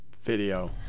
video